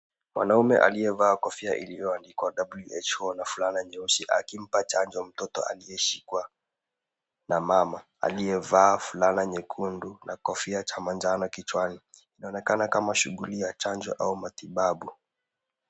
Mwanaume aliyevaa kofia iliyoandikwa WHO ana fulana nyeusi akimpa chanjo mtoto aliyeshikwa na mama aliyevaa fulana nyekundu na kofia cha manjano kichwani. Inaonekana kama shughuli ya chanjo au matibabu.